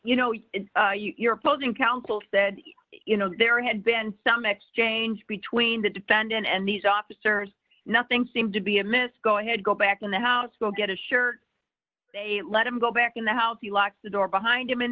you know you're posing council said you know there had been some exchange between the defendant and these officers nothing seemed to be amiss go ahead go back in the house go get a sure let him go back in the house you lock the door behind him and